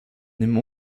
nimm